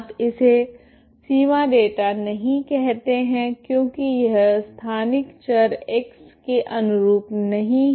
आप इसे सीमा डेटा नहीं कहते हैं क्योंकि यह स्थानिक चर x के अनुरूप नहीं है